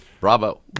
Bravo